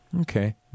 Okay